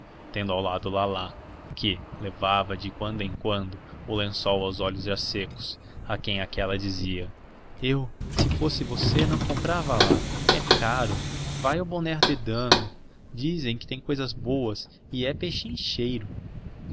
tendo ao lado lalá que levava de quando em quando o lenço aos olhos já secos a quem aquela dizia eu se fosse você não comprava lá é caro vai ao bonheur des dames dizem que tem cousas boas e é